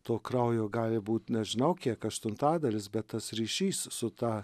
to kraujo gali būt nežinau kiek aštuntadalis bet tas ryšys su ta